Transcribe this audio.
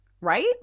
Right